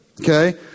okay